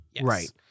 Right